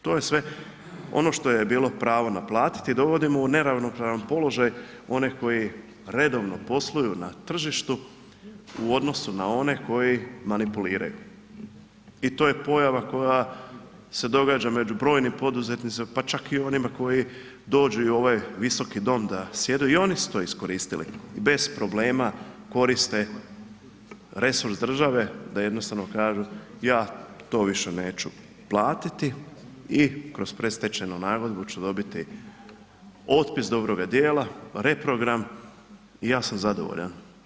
To je sve ono što je bilo pravo naplatiti, dovodimo u neravnopravan položaj one koji redovno posluju na tržištu u odnosu na one koji manipuliraju i to je pojava koja se događa među brojnim poduzetnicima pa čak i onima koji dođu u ovaj Visoki dom da sjede i oni su to iskoristili i bez problema koriste resurs države da jednostavno kažu ja to više neću platiti i kroz predstečajnu nagodbu ću dobiti otpis dobroga djela, reprogram i ja sam zadovoljan.